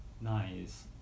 Nice